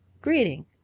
Greeting